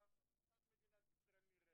אנחנו מעריכים מאוד את העבודה שלכם.